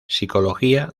psicología